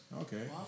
Okay